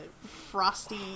Frosty